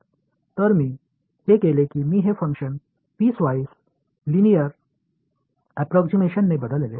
எனவே நான் என்ன செய்தேன் என்றாள் இந்த செயல்பாட்டை துண்டு வாரியாக லீனியர் தோராயமாக மாற்றியுள்ளேன்